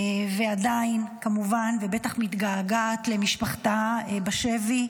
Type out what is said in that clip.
ועדיין כמובן, ובטח מתגעגעת למשפחתה מהשבי.